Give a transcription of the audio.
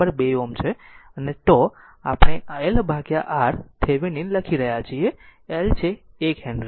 અને τ આપણે L R Thevenin લખી રહ્યા છીએ કે L છે 1 હેનરી